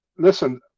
Listen